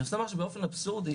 נוצר משהו באופן אבסורדי,